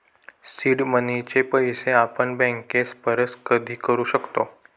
seed मनीचे पैसे आपण बँकेस परत कधी करू शकतो